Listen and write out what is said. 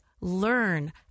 learn